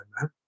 man